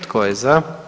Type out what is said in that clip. Tko je za?